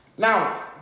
Now